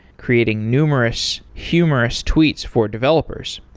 creating numerous humorous tweets for developers.